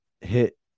hit